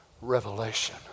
revelation